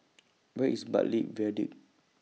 Where IS Bartley Viaduct